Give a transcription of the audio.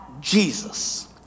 Jesus